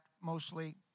mostly